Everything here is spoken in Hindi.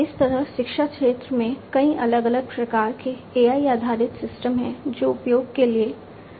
इस तरह शिक्षा क्षेत्र में कई अलग अलग प्रकार के AI आधारित सिस्टम हैं जो उपयोग के लिए उपलब्ध हैं